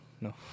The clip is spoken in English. No